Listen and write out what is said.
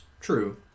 True